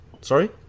sorry